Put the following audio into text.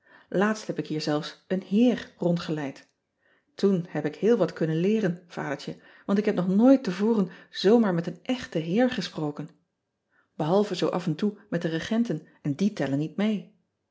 aatst heb ik hier zelfs een eer rondgeleid oen heb ik heel wat kunnen leeren adertje want ik heb nog nooit te voren zoo maar met een echten heer gesproken ehalve zoo of en toe met de egenten en die tellen niet mee